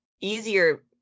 easier